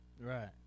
Right